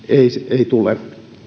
ei tule